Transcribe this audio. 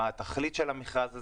מה התכלית של המכרז הזה,